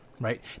Right